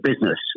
business